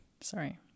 Sorry